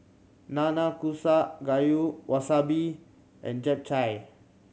Nanakusa Gayu Wasabi and Japchae